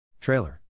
Trailer